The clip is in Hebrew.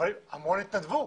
אבל המון התנדבו,